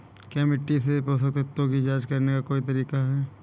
क्या मिट्टी से पोषक तत्व की जांच करने का कोई तरीका है?